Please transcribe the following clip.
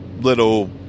little